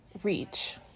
Reach